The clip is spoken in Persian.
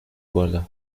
بالا